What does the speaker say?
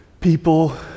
people